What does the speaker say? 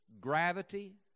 gravity